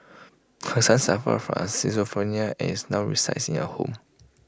her son suffer from schizophrenia is now resides in A home